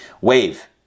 Wave